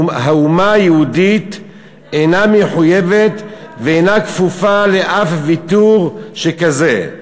האומה היהודית אינה מחויבת ואינה כפופה לאף ויתור שכזה.